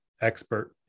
expert